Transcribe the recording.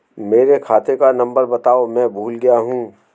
मेरे खाते का नंबर बताओ मैं भूल गया हूं